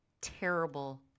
terrible